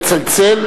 נא לצלצל,